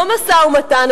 לא משא-ומתן,